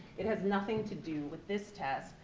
it has nothing to do with this test.